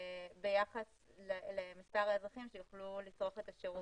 ביחס למספר האזרחים שיוכלו לצרוך את השירות.